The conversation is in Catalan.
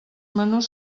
menús